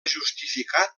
justificat